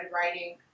writing